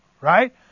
Right